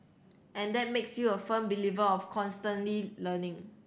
and that makes you a firm believer of constantly learning